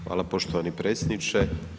Hvala poštovani predsjedniče.